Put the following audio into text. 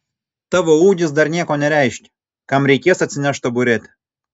tavo ūgis dar nieko nereiškia kam reikės atsineš taburetę